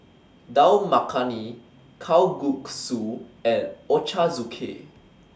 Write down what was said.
Dal Makhani Kalguksu and Ochazuke